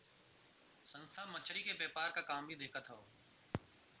संस्था मछरी के व्यापार क काम भी देखत हौ